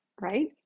right